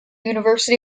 university